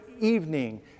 evening